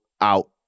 out